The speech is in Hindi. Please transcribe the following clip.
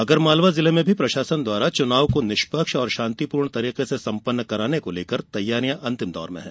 आगरमालवा जिले में भी प्रशासन द्वारा चुनाव को निष्पक्ष और शांतिपूर्ण तरीके से संपन्न कराने के लिये तैयारियां अंतिम दौर में है